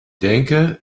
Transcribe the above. denke